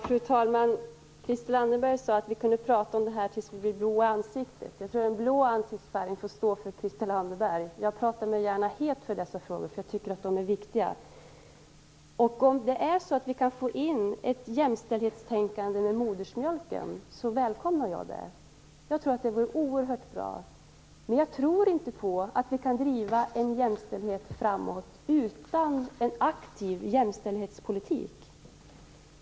Fru talman! Christel Anderberg sade att vi kunde prata om det här tills vi blir blå i ansiktet. Den blå ansiktsfärgen får stå för Christel Anderberg; jag pratar mig gärna het för dessa frågor, för jag tycker att de är viktiga. Om det är möjligt att få in ett jämställdhetstänkande med modersmjölken välkomnar jag det. Det vore oerhört bra. Men jag tror inte på att vi kan driva jämställdheten framåt utan en aktiv jämställdhetspolitik.